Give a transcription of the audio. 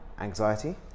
anxiety